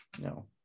No